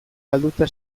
galduta